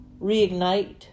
Reignite